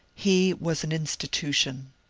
he was an institu tion.